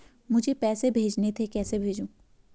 मुझे पैसे भेजने थे कैसे भेजूँ?